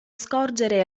scorgere